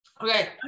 Okay